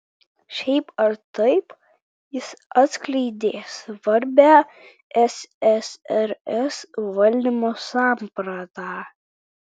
šiaip ar taip jis atskleidė svarbią ssrs valdymo sampratą